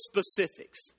specifics